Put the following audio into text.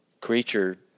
creature